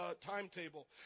timetable